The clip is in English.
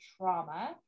trauma